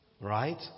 right